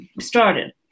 started